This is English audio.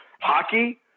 hockey